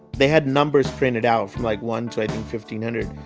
they had numbers printed out from like one to fifteen hundred,